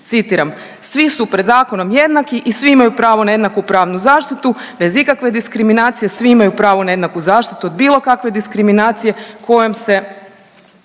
citiram, svi su pred zakonom jednaki i svi imaju pravo na jednaku pravnu zaštitu bez ikakve diskriminacije, svi imaju pravo na jednaku zaštitu od bilo kakve diskriminacije kojom se